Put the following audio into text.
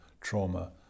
trauma